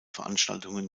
veranstaltungen